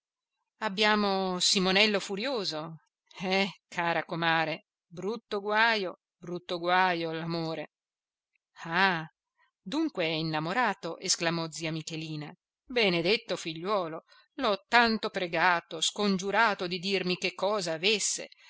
faccia abbiamo simonello furioso eh cara comare brutto guajo brutto guajo l'amore ah dunque innamorato esclamò zia michelina benedetto figliuolo l'ho tanto pregato scongiurato di dirmi che cosa avesse